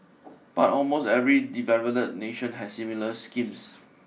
but almost every developed nation has similar schemes